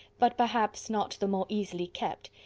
but perhaps not the more easily kept,